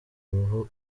uruhu